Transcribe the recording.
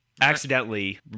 accidentally